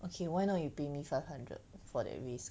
okay why not you pay me five hundred for that risk